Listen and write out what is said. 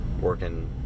working